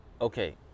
okay